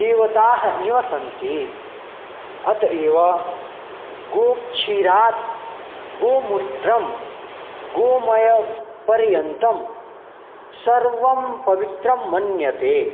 देवताः निवसन्ति अतः एव गोक्षीरात् गोमूत्रं गोमयपर्यन्तं सर्वं पवित्रं मन्यते